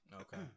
okay